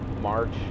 March